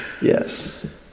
Yes